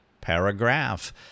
paragraph